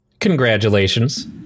Congratulations